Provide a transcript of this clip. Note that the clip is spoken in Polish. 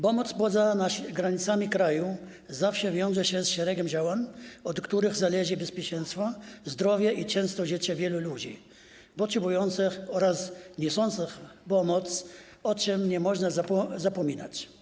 Pomoc poza granicami kraju zawsze wiąże się z szeregiem działań, od których zależą bezpieczeństwo, zdrowie, a często i życie wielu ludzi potrzebujących pomocy oraz niosących pomoc, o czym nie można zapominać.